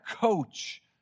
coach